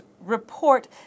report